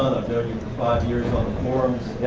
five years on the forums.